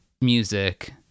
music